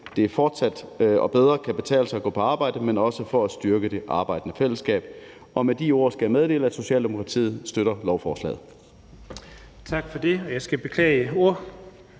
at det fortsat og bedre kan betale sig at gå på arbejde, men også for at styrke det arbejdende fællesskab. Med de ord skal jeg meddele, at Socialdemokratiet støtter lovforslaget.